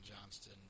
Johnston